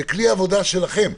זה כלי עבודה שלכם.